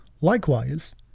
Likewise